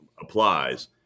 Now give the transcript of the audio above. applies